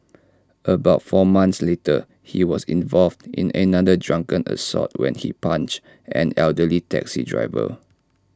about four months later he was involved in another drunken assault when he punched an elderly taxi driver